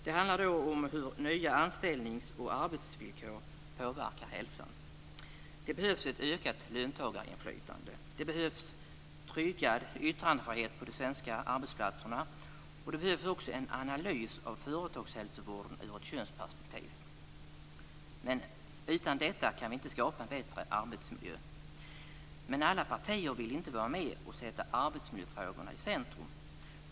Det handlar om hur nya anställnings och arbetsvillkor påverkar hälsan. Det behövs ett ökat löntagarinflytande. Det behövs en tryggad yttrandefrihet på de svenska arbetsplatserna. Det behövs också en analys av företagshälsovården i ett könsperspektiv. Utan detta kan vi inte skapa en bättre arbetsmiljö. Alla partier vill dock inte vara med och sätta arbetsmiljöfrågorna i centrum.